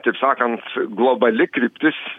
taip sakant globali kryptis